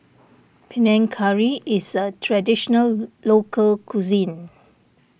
Panang Curry is a Traditional Local Cuisine